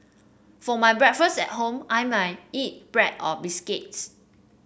for my breakfast at home I might eat bread or biscuits